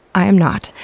i am not.